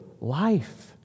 life